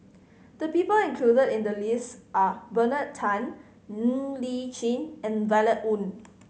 the people included in the list are Bernard Tan Ng Li Chin and Violet Oon